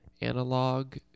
Analog